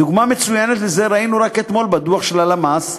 דוגמה מצוינת לזה ראינו רק אתמול בדוח של הלמ"ס,